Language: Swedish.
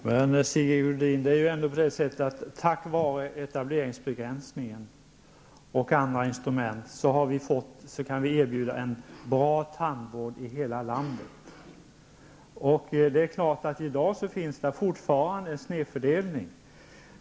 Herr talman! Det är, Sigge Godin, på det sättet att tack vare etableringsbegränsningen och andra instrument kan vi nu erbjuda en bra tandvård i hela landet. I dag finns naturligtvis fortfarande snedfördelning.